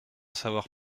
savoir